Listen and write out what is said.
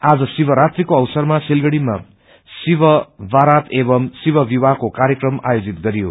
आज शिवरात्रिको अवरमा सिलगड़ीमा शिव वारात एवम् शिव विवाहको कार्यक्रम आयोजित गरियो